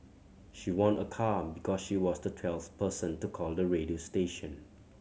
she won a car because she was the twelfth person to call the radio station